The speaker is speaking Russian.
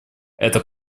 это